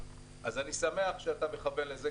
אני שמח שאתה מכוון לזה,